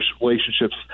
relationships